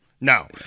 no